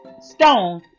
stone